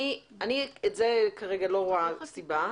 לזה כרגע אני לא רואה סיבה,